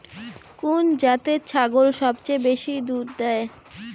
কুন জাতের ছাগল সবচেয়ে বেশি দুধ দেয়?